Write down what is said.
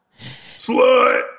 slut